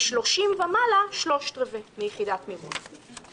ומ-31 ומעלה 0.75 מיחידת מימון.